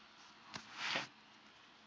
okay